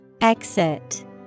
Exit